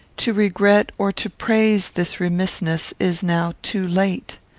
to regret or to praise this remissness is now too late.